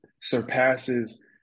surpasses